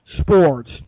sports